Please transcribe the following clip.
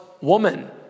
woman